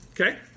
Okay